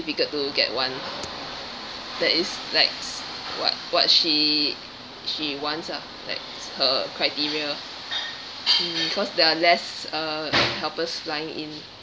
difficult to get one that is like s~ what what she she wants lah like s~ her criteria because there are less uh helpers flying in